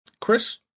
Chris